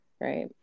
right